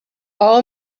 all